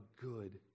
good